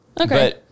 Okay